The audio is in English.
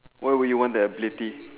why will you want that ability